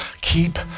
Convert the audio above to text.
keep